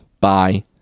bye